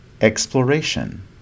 exploration